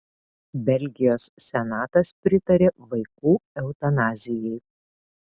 belgijos senatas pritarė vaikų eutanazijai